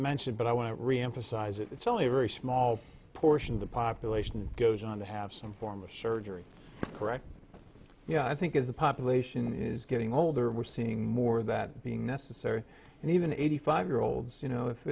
mentioned but i want to reemphasize it's only a very small portion of the population goes on to have some form of surgery correct yeah i think as the population is getting older we're seeing more that being necessary and even eighty five year olds you know if